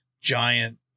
giant